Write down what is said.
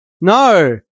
No